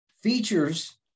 Features